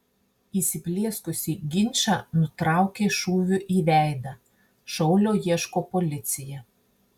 įsiplieskusį ginčą nutraukė šūviu į veidą šaulio ieško policija